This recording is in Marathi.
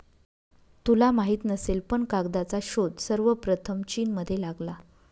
तुला माहित नसेल पण कागदाचा शोध सर्वप्रथम चीनमध्ये लागला